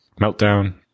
meltdown